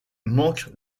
manquent